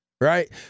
right